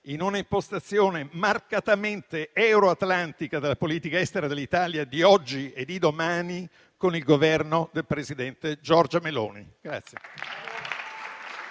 in un'impostazione marcatamente euro-atlantica della politica estera dell'Italia di oggi e di domani con il Governo del presidente Giorgia Meloni.